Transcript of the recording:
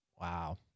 Wow